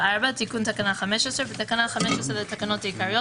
"תיקון תקנה 15 4. בתקנה 15 לתקנות העיקריות,